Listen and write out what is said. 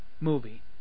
movie